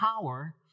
power